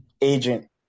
Agent